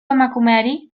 emakumeari